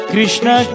Krishna